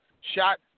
shot